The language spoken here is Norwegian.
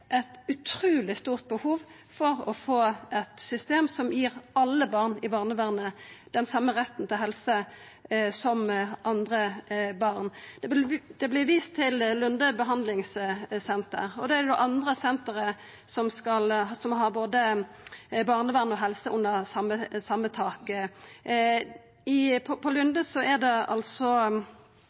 eit utruleg stort behov for å få eit system som gir alle barn i barnevernet den same retten til helse som andre barn. Det vart vist til Lunde behandlingssenter. Det er det andre sentret som har både barnevern og helse under same tak. På Lunde er det seks behandlingsplassar. I Bodø er det fem. Vi snakkar altså